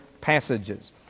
passages